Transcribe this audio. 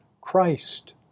Christ